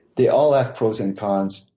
they all have pros and cons.